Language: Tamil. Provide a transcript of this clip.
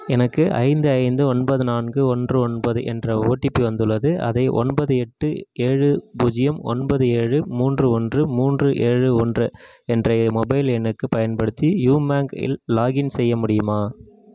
எனக்கு ஐந்து ஐந்து ஒன்பது நான்கு ஒன்று ஒன்பது என்ற ஒடிபி வந்துள்ளது அதை ஒன்பது எட்டு ஏழு பூஜ்ஜியம் ஒன்பது ஏழு மூன்று ஒன்று மூன்று ஏழு ஒன்று என்ற மொபைல் எண்ணுக்கு பயன்படுத்தி யூமாங் இல் லாகின் செய்ய முடியுமா